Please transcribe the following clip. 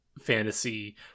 fantasy